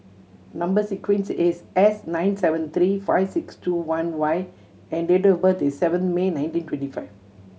number sequence is S nine seven three five six two one Y and date of birth is seven May nineteen twenty five